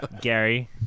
Gary